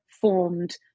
formed